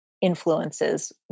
influences